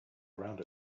around